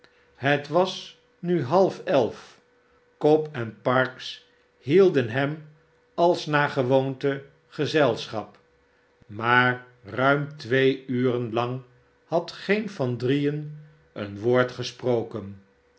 het was nu half elf cobb en parkes hidden hem als naar gewoonte gezelschap maar ruim twee uren lang had geen van drieen een woord gesproken